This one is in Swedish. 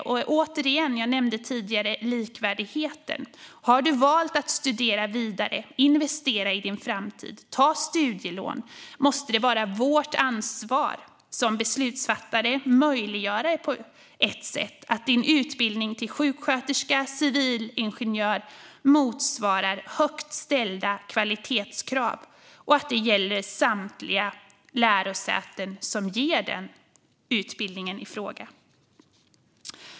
Jag tar återigen upp likvärdigheten, som jag nämnde tidigare: Har du valt att studera vidare, att investera i din framtid och ta studielån, måste det vara vårt ansvar som beslutsfattare - och på ett sätt möjliggörare - att din utbildning till sjuksköterska eller civilingenjör motsvarar högt ställda kvalitetskrav. Det ska gälla samtliga lärosäten som ger utbildningen i fråga.